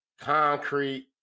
concrete